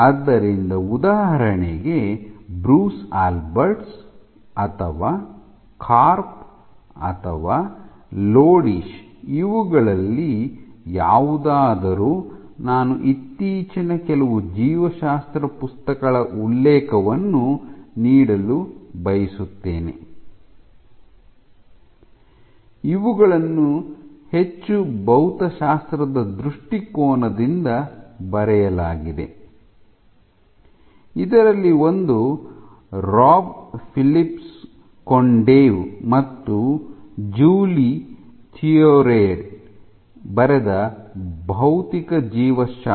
ಆದ್ದರಿಂದ ಉದಾಹರಣೆಗೆ Bruce Alberts ಅಥವಾ ಕಾರ್ಪ್ ಅಥವಾ ಲೋಡಿಶ್ ಇವುಗಳಲ್ಲಿ ಯಾವುದಾದರೂ ನಾನು ಇತ್ತೀಚಿನ ಕೆಲವು ಜೀವಶಾಸ್ತ್ರ ಪುಸ್ತಕಗಳ ಉಲ್ಲೇಖವನ್ನು ನೀಡಲು ಬಯಸುತ್ತೇನೆ ಇವುಗಳನ್ನು ಹೆಚ್ಚು ಭೌತಶಾಸ್ತ್ರದ ದೃಷ್ಟಿಕೋನದಿಂದ ಬರೆಯಲಾಗಿದೆ ಇದರಲ್ಲಿ ಒಂದು ರಾಬ್ ಫಿಲಿಪ್ಸ್ ಕೊಂಡೆವ್ ಮತ್ತು ಜೂಲಿ ಥಿಯರಿಯಟ್ ಬರೆದ ಭೌತಿಕ ಜೀವಶಾಸ್ತ್ರ